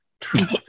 Truth